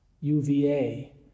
UVA